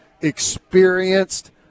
experienced